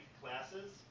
classes